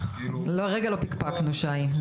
--- ברור, לרגע לא פקפקנו, שי.